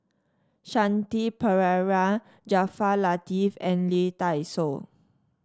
Shanti Pereira Jaafar Latiff and Lee Dai Soh